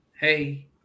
Hey